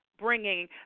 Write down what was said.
bringing